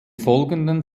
folgenden